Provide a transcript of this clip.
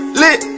lit